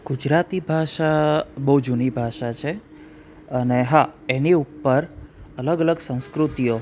ગુજરાતી ભાષા બહુ જૂની ભાષા છે અને હા એની ઉપર અલગ અલગ સંસ્કૃતિઓ